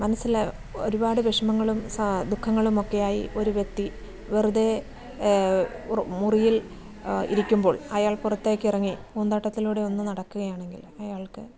മനസ്സിലെ ഒരുപാട് വിഷമങ്ങളും സ ദുഃഖങ്ങളുമൊക്കെയായി ഒരു വ്യക്തി വെറുതെ മുറിയിൽ ഇരിക്കുമ്പോൾ അയ്യാൾ പുറത്തേക്ക് എറങ്ങി പൂന്തോട്ടത്തിലൂടെ ഒന്ന് നടക്കുകയാണെങ്കിൽ അയാൾക്ക്